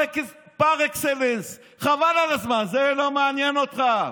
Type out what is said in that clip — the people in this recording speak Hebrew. פר אקסלנס, חבל על הזמן, זה לא מעניין אותך.